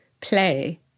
play